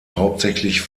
hauptsächlich